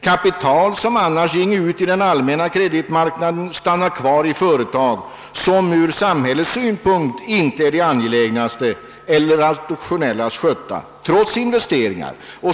Kapital, som annars ginge ut i den allmänna kreditmarknaden, stannar kvar i företag, som ur samhällets synpunkt inte är de angelägnaste eller rationellast skötta, trots investeringar.